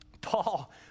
Paul